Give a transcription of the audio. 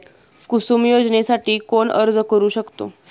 कुसुम योजनेसाठी कोण अर्ज करू शकतो?